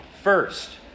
first